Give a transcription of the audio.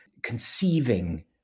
conceiving